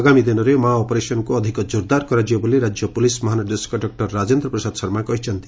ଆଗାମୀ ଦିନରେ ମାଓ ଅପରେସନ୍କୁ ଅଧିକ ଜୋରଦାର କରାଯିବ ବୋଲି ରାଜ୍ୟ ପୁଲିସ ମହାନିର୍ଦ୍ଦେଶକ ଡକୁର ରାଜେନ୍ଦ୍ର ପ୍ରସାଦ ଶର୍ମା କହିଛନ୍ତି